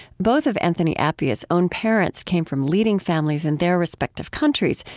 both of anthony appiah's own parents came from leading families in their respective countries,